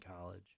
college